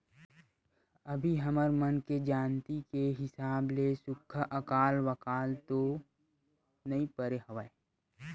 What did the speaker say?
अभी हमर मन के जानती के हिसाब ले सुक्खा अकाल वकाल तो नइ परे हवय